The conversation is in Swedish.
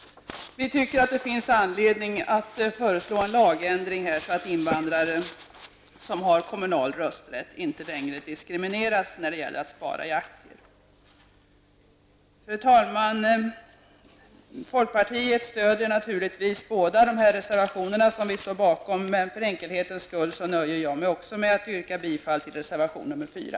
Vi tycker att det finns anledning att föreslå en lagändring så att invandrare som har kommunal rösträtt inte längre diskrimineras när det gäller att spara i aktier. Fru talman! Folkpartiet stöder naturligtvis båda de reservationer som vi står bakom. Men för enkelhetens skull nöjer jag mig också med att yrka bifall till reservation nr 4.